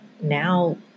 now